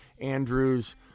Andrews